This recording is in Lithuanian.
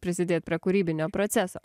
prisidėt prie kūrybinio proceso